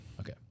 Okay